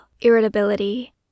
irritability